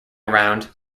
around